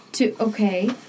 Okay